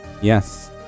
Yes